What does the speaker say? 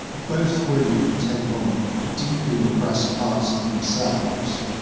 both women take on deeply repressed parts of themselves.